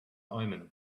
omen